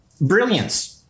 Brilliance